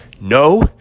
No